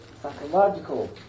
psychological